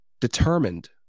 determined